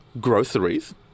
Groceries